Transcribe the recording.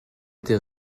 été